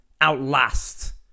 outlast